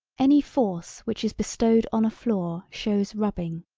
any force which is bestowed on a floor shows rubbing.